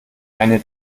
eine